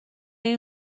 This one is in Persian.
این